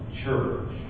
church